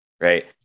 right